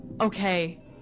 Okay